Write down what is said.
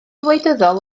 wleidyddol